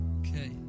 Okay